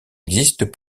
existent